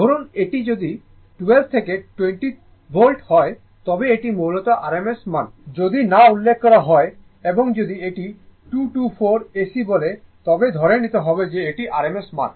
ধরুন যদি এটি 12 থেকে 20 ভোল্ট হয় তবে এটি মূলত RMS মান যদি না উল্লেখ করা হয় এবং যদি এটি 224 AC বলে তবে ধরে নিতে হবে যে এটি RMS মান